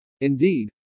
Indeed